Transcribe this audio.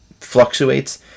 fluctuates